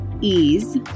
ease